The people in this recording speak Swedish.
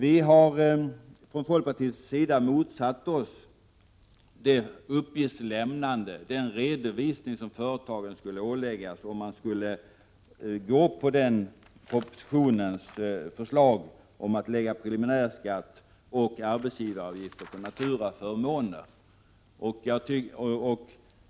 Vi har från folkpartiets sida motsatt oss det uppgiftslämnande och den redovisning som företagen skulle åläggas om vi skulle biträda förslaget i propositionen om att lägga preliminärskatt och arbetsgivaravgifter på naturaförmåner.